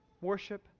worship